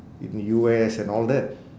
in U_S and all that